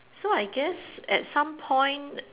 so I guess at some point